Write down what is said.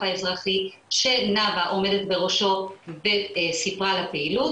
האזרחי שנאוה עומת בראשו וסיפרה על הפעילות,